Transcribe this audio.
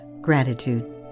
Gratitude